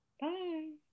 Bye